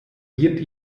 wird